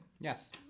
Yes